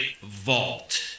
Vault